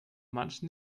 manchen